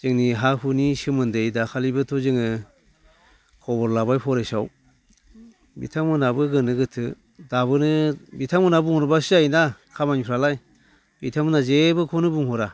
जोंनि हा हुनि सोमोनदै दाखालिबोथ' जोङो खबर लाबाय फरेस्टआव बिथांमोनहाबो गोनो गोथो दाबोनो बिथांमोनहा बुंहरब्लासो जायोना खामानिफ्रालाय बिथांमोनहा जेबोखौनो बुंहरा